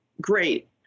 great